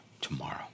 tomorrow